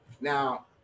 now